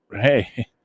Hey